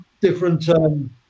different